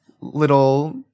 little